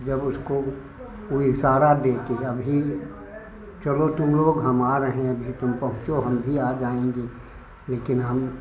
जब उसको कोई इशारा दे कि अभी चलो तुम लोग हम आ रहे हैं अभी तुम पहुँचो हम भी आ जाएँगे लेकिन